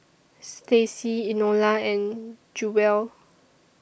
Staci Enola and Jewell